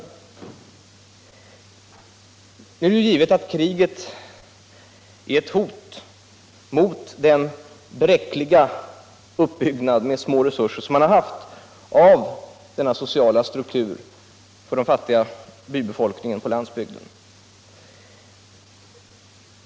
Det är givet att kriget är ett hot mot den bräckliga uppbyggnad, med små resurser, som man har haft av denna sociala struktur för den fattiga bybefolkningen på landsbygden.